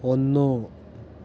ഒന്ന്